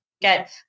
get